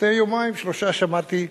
שלפני יומיים-שלושה שמעתי,